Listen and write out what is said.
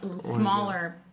smaller